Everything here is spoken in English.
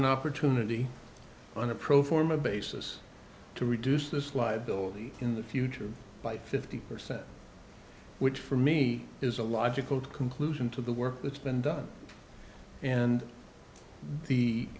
an opportunity on a pro forma basis to reduce this liability in the future by fifty percent which for me is a logical conclusion to the work that's been done and the